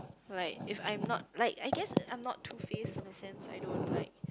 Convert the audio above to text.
like if I'm not like I guess I'm not two face in a sense I don't like